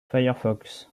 firefox